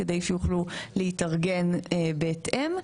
כדי שיוכלו להתארגן בהתאם.